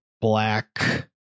Black